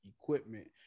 equipment